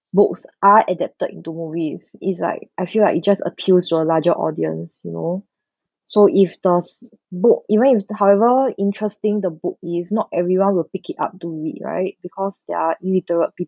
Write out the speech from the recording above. books are adapted into movies it's like I feel like it just appeals to a larger audience you know so if those book even if the however interesting the book is not everyone will pick it up to read right because there are illiterate people